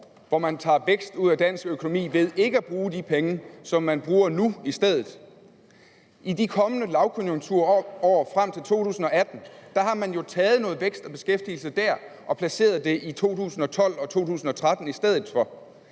hvor man tager vækst ud af dansk økonomi ved ikke at bruge de penge, som man bruger nu i stedet? Fra de kommende lavkonjunkturår frem til 2018 har man jo taget noget vækst og beskæftigelse og placeret det i 2012 og 2013 i stedet for.